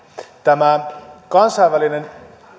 tämä